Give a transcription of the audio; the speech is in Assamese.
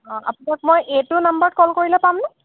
অঁ আপোনাক মই এইটো নাম্বাৰত ক'ল কৰিলে পাম নে